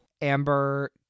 Amber